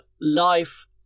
Life